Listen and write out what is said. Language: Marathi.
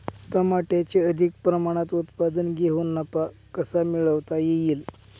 टमाट्याचे अधिक प्रमाणात उत्पादन घेऊन नफा कसा मिळवता येईल?